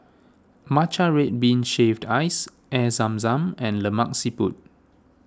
Matcha Red Bean Shaved Ice Air Zam Zam and Lemak Siput